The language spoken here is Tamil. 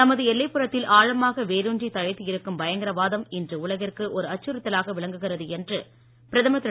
நமது எல்லைப்புறத்தில் ஆழமாக வேருன்றி தழைத்து இருக்கும் பயங்கரவாதம் இன்று உலகத்திற்கு ஒரு அச்சுறுத்தலாக விளங்குகிறது என்று பிரதமர் திரு